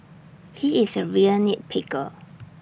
he is A real nit picker